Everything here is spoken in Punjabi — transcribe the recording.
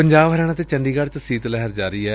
ਪੰਜਾਬ ਹਰਿਆਣਾ ਤੇ ਚੰਡੀਗੜ੍ਪ ਚ ਸੀਤ ਲਹਿਰ ਜਾਰੀ ਏ